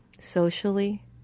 socially